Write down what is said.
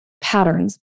patterns